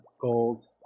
gold